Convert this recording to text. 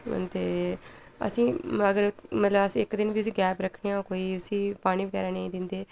ते असें ई अगर मतलब असें ई इक दिन बी उसी गैप रक्खनें आं कोई उसी पानी बगैरा नेईं दिंदे